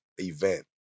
event